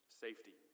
Safety